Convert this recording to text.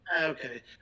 Okay